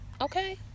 okay